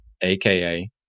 AKA